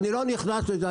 אני לא נכנס לזה,